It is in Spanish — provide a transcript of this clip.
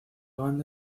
banda